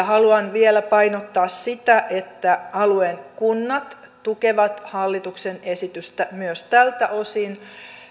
haluan vielä painottaa sitä että alueen kunnat tukevat hallituksen esitystä myös tältä osin